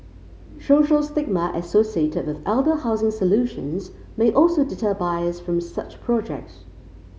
social stigma associated with elder housing solutions may also deter buyers from such projects